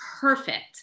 perfect